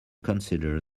consider